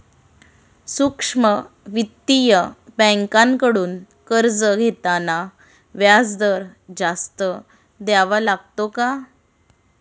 सूक्ष्म वित्तीय बँकांकडून कर्ज घेताना व्याजदर जास्त द्यावा लागतो का?